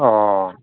ꯑꯣ